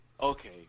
okay